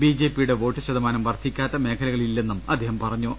ബിജെപിയുടെ വോട്ട് ശതമാനം വർദ്ധിക്കാത്ത മേഖലകളില്ലെന്നും അദ്ദേഹം പറഞ്ഞു